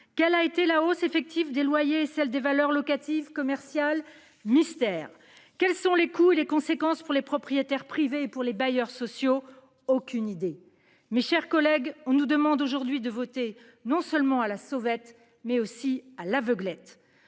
Nulle part. De combien les loyers et les valeurs locatives commerciales ont-ils effectivement augmenté ? Mystère. Quels sont les coûts et les conséquences pour les propriétaires privés et pour les bailleurs sociaux ? Aucune idée. Mes chers collègues, on nous demande aujourd'hui de voter non seulement à la sauvette, mais aussi à l'aveuglette